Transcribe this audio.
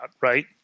right